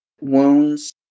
wounds